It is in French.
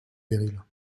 périls